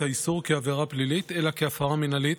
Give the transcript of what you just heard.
האיסור כעבירה פלילית אלא כהפרה מינהלית,